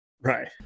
Right